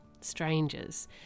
strangers